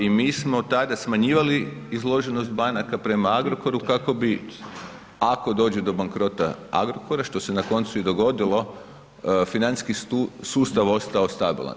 I mi smo tada smanjivali izloženost banaka prema Agrokoru kako bi ako dođe do bankrota Agrokora što se na koncu i dogodilo financijski sustav ostao stabilan.